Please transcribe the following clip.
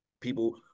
people